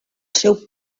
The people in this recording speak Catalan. seu